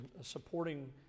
supporting